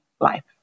life